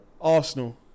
Arsenal